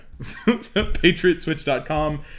Patriotswitch.com